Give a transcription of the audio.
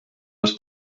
les